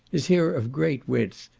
is here of great width,